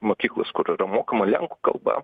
mokyklos kur yra mokoma lenkų kalba